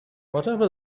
whatever